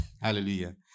hallelujah